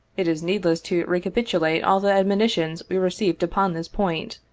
it is needless to recapitulate all the ad monitions we received upon this point.